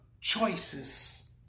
Choices